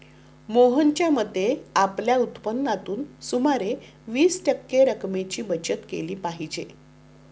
मोहनच्या मते, आपल्या उत्पन्नातून सुमारे वीस टक्के रक्कमेची बचत केली पाहिजे